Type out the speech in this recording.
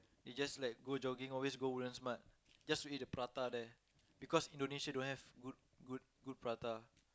they just like go jogging always go Woodlands mart just to eat the prata there because Indonesia don't have good good good prata